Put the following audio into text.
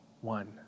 one